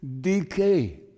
decay